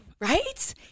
right